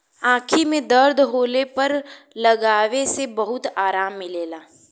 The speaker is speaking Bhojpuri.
आंखी में दर्द होले पर लगावे से बहुते आराम मिलला